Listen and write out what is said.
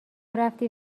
رفتی